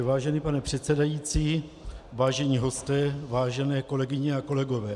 Vážený pane předsedající, vážení hosté, vážené kolegyně a kolegové.